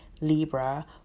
Libra